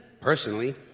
Personally